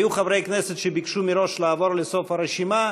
היו חברי כנסת שביקשו מראש לעבור לסוף הרשימה,